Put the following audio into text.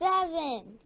seven